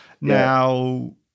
Now